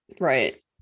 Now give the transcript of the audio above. Right